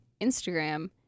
Instagram